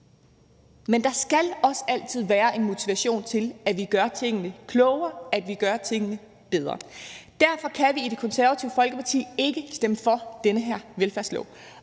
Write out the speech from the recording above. Men der skal også altid være en motivation til, at vi gør tingene klogere, at vi gør tingene bedre. Derfor kan vi i Det Konservative Folkeparti ikke stemme for den her velfærdslov.